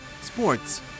sports